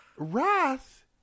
Wrath